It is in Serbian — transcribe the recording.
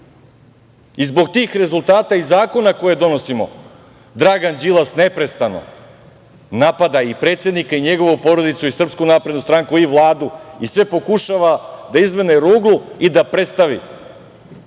I zbog tih rezultata i zakona koje donosimo, Dragan Đilas neprestano napada i predsednika i njegovu porodicu i SNS i Vladu i sve pokušava da izvgne ruglu i da predstavi